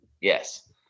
Yes